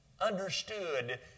understood